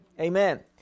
Amen